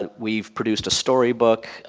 and we've produced a story book,